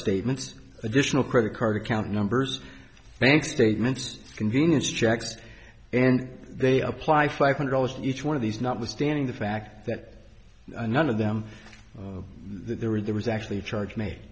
statements additional credit card account numbers thanks statements convenience checks and they apply five hundred dollars to each one of these notwithstanding the fact that none of them there were there was actually a charge m